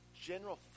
general